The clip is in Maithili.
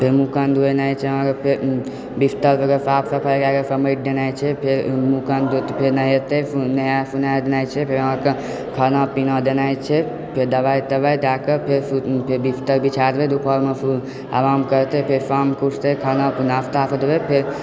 मुँह कान धोबेनाइ छै अहाँकेँ फेर बिस्तर अरकेँ साफ सफाइ कए कऽ समटि देनाइ छै फेर मुँह कान फेर नहेतै नहा सोना देनाइ छै फेर अहाँके खाना पीना देनाइ छै फेर दबाइ तबाइ दए कऽ फेर बिस्तर बिछाए देबैक दुपहरियामे आराम करतै फेर शामकेँ उठताह खाना फेर नास्ता सब देबै